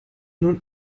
nun